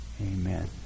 Amen